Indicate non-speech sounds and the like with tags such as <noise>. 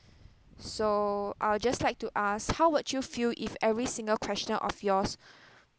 so I'll just like to ask how would you feel if every single question of yours <breath>